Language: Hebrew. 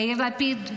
יאיר לפיד,